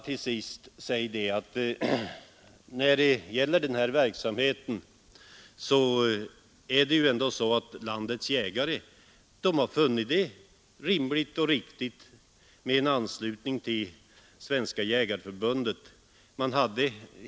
Till sist vill jag säga att landets jägare har funnit det rimligt och riktigt med en anslutning till Svenska jägareförbundet.